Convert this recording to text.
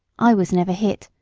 i was never hit,